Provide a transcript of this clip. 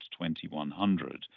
2100